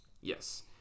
Yes